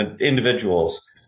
individuals